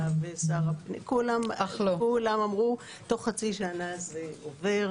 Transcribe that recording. ושר הפנים כולם אמרו שתוך חצי שנה זה יעבור.